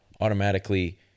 automatically